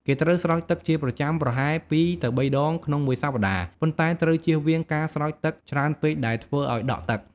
គេត្រូវស្រោចទឹកជាប្រចាំ ប្រហែល ២ទៅ ៣ ដងក្នុងមួយសប្តាហ៍ ប៉ុន្តែត្រូវជៀសវាងការស្រោចទឹកច្រើនពេកដែលធ្វើឱ្យដក់ទឹក។